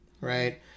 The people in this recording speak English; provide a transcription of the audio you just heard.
right